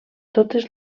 totes